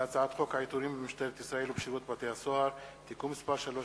הצעת חוק העיטורים במשטרת ישראל ובשירות בתי-הסוהר (תיקון מס' 3),